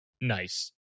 nice